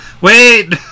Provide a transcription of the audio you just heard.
Wait